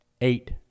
Eight